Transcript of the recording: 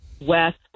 West